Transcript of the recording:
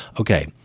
Okay